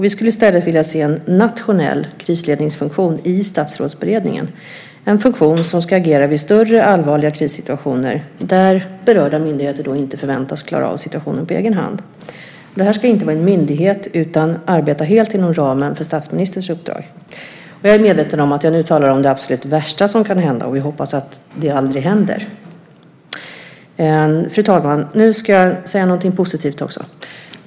Vi skulle vilja se en nationell krisledningsfunktion i Statsrådsberedningen, en funktion som ska agera vid större allvarliga krissituationer där berörda myndigheter inte förväntas klara av situationen på egen hand. Det här ska inte vara en myndighet utan det handlar om att arbeta helt inom ramen för statsministerns uppdrag. Jag är medveten om att jag nu talar om det absolut värsta som kan hända, och vi får hoppas att det aldrig händer. Fru talman! Jag ska säga någonting positivt också.